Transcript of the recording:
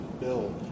build